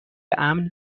امن